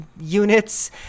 units